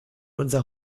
unser